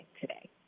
today